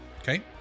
Okay